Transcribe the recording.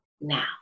now